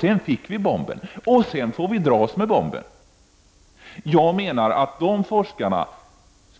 Sedan fick vi bomben och den får vi dras med. Jag menar att dessa forskare